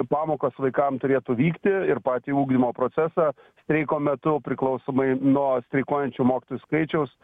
pamokos vaikam turėtų vykti ir patį ugdymo procesą streiko metu priklausomai nuo streikuojančių mokytojų skaičiaus